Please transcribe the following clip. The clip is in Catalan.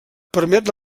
permet